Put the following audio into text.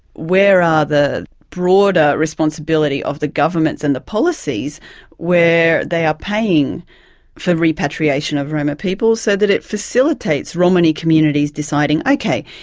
where are the broader responsibility of the governments and the policies where they are paying for repatriation of roma people, so that it facilitates romani communities deciding ok,